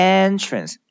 entrance